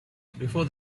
before